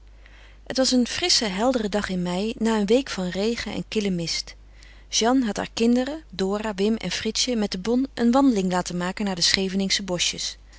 het was een frissche heldere dag in mei na een week van regen en kille mist jeanne had haar kinderen dora wim en fritsje met de bonne een wandeling laten maken naar de scheveningsche boschjes